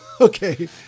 Okay